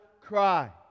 cry